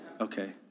Okay